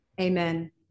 Amen